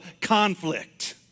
conflict